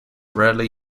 rarely